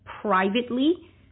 privately